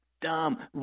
dumb